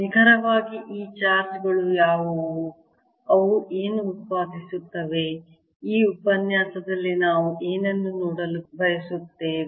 ನಿಖರವಾಗಿ ಈ ಚಾರ್ಜ್ ಗಳು ಯಾವುವು ಅವು ಏನು ಉತ್ಪಾದಿಸುತ್ತವೆ ಈ ಉಪನ್ಯಾಸದಲ್ಲಿ ನಾವು ಏನನ್ನು ನೋಡಲು ಬಯಸುತ್ತೇವೆ